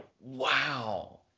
Wow